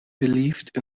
believed